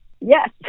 Yes